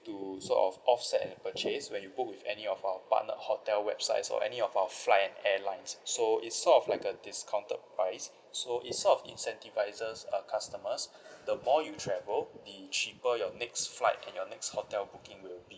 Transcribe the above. to sort of offset purchase when you book with any of our partner hotel websites or any of our flight and airlines so it's sort of like a discounted price so is sort of incentivize us err customers the more you travel the cheaper your next flight and your next hotel booking will be